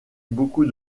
beaucoup